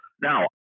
Now